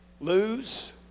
lose